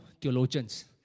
theologians